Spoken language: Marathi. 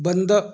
बंद